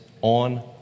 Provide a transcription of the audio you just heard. on